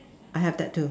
I have that two